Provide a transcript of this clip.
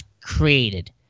created